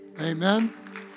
Amen